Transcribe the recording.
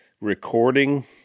recording